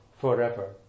forever